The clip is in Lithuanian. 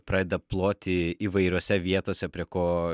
pradeda ploti įvairiose vietose prie ko